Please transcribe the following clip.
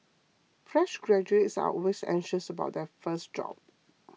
fresh graduates are always anxious about their first job